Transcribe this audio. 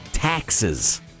taxes